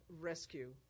rescue